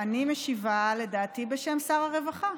אני משיבה, לדעתי, בשם שר הרווחה,